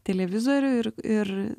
televizorių ir ir